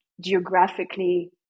geographically